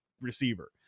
receiver